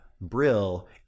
Brill